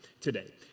today